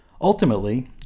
Ultimately